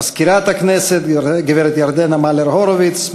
מזכירת הכנסת גברת ירדנה מלר-הורוביץ,